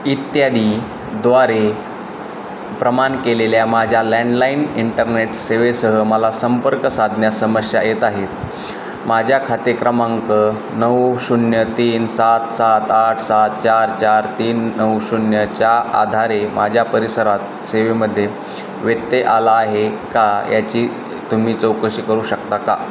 इत्यादी द्वारे प्रदान केलेल्या माझ्या लँडलाईन इंटरनेट सेवेसह मला संपर्क साधण्यात समस्या येत आहेत माझ्या खाते क्रमांक नऊ शून्य तीन सात सात आठ सात चार चार तीन नऊ शून्य च्या आधारे माझ्या परिसरात सेवेमध्ये व्यत्यय आला आहे का याची तुम्ही चौकशी करू शकता का